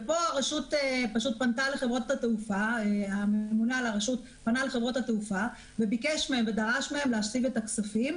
ופה מנהל הרשות פנתה לחברות התעופה וביקש מהן ודרש מהן להשיב את הכספים.